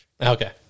Okay